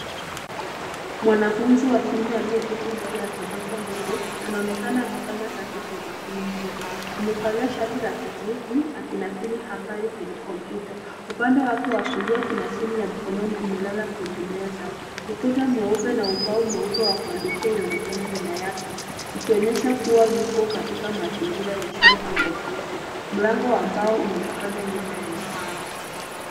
Mwanafunzi wa kiume aliyeketi mbele ya kompyuta ndogo anaonekana akifanya kazi kwa umakini mkubwa. Amevalia shati la kijivu akinakili habari kwenye kompyuta. Upande wake wa kulia kuna simu ya mkononi imelala kwenye meza. Ukuta mweupe na ubao mweupe wa kuandikia unaonekana nyuma yake zikionyesha kuwa yuko katika mazingira ya shule au ofisi. Mlango wa mbao unaonekana nyuma ya ubao.